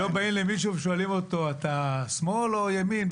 הם לא באים למישהו ושואלים אותו אתה שמאל או ימין,